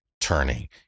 turning